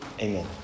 amen